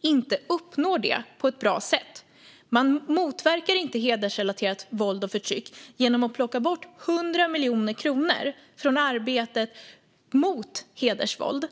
inte uppnår det på ett bra sätt. Man motverkar inte hedersrelaterat våld och förtryck genom att plocka bort 100 miljoner kronor från arbetet mot hedersvåld.